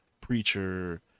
preacher